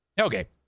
okay